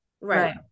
Right